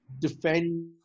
defend